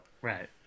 Right